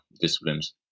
disciplines